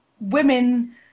women